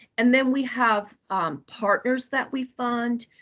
and then we have partners that we fund.